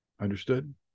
understood